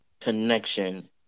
connection